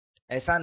एसा नही है